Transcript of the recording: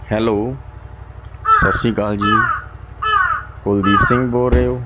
hello ਸਤਿ ਸ਼੍ਰੀ ਅਕਾਲ ਜੀ ਕੁਲਦੀਪ ਸਿੰਘ ਬੋਲ ਰਹੇ ਹੋ